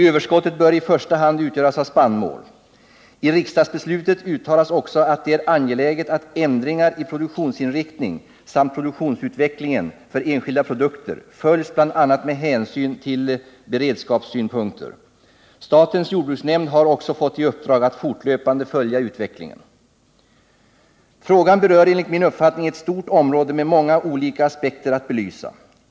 Överskottet bör i första hand utgöras av spannmål. I riksdagsbeslutet uttalas också att det är angeläget att ändringar i produktionsinriktning samt produktionsutvecklingen för enskilda produkter följs bl.a. med hänsyn till beredskapssynpunkter. Statens jordbruksnämnd har också fått i uppdrag att fortlöpande följa utvecklingen. Frågan berör enligt min uppfattning ett stort område med många olika aspekter att belysa.